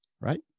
right